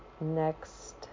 next